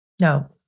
No